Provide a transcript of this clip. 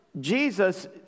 Jesus